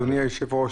אדוני היושב-ראש,